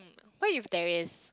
what if there is